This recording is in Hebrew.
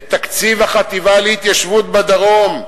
את תקציב החטיבה להתיישבות בדרום,